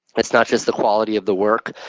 it's not just the quality of the work,